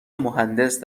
مهندس